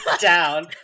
down